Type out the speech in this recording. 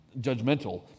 judgmental